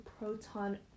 proton